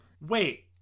wait